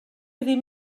ddim